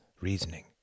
reasoning